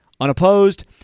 unopposed